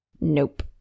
Nope